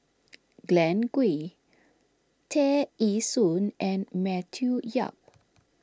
Glen Goei Tear Ee Soon and Matthew Yap